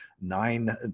nine